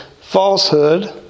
falsehood